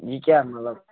یہِ کیاہ مطلب